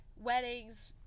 weddings